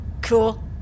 Cool